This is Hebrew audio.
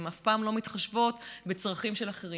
הן אף פעם לא מתחשבות בצרכים של אחרים,